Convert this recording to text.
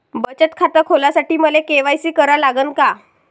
बचत खात खोलासाठी मले के.वाय.सी करा लागन का?